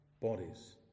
bodies